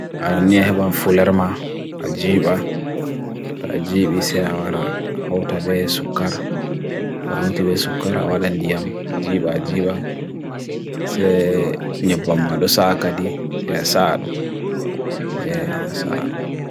aron niyehe ban fuller ma ajiiba ta ajiibi se awara awtabe sukkar awa awtabe sukkar awa dan diyam ajiiba ajiiba se nyuban ma dosa akadi se asa aron ee asa